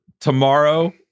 tomorrow